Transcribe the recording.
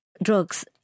drugs